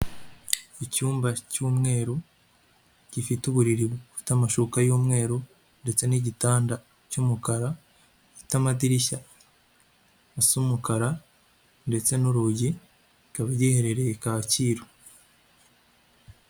Icyumba cy'umweru gifite uburiri bufite amashuka y'umweru ndetse n'igitanda cy'umukara gifite amadirishya asa umukara ndetse n'urugi kikaba giherereye kacyiru.